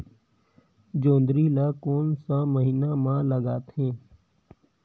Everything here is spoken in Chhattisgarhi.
जोंदरी ला कोन सा महीन मां लगथे?